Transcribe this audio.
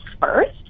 first